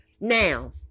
Now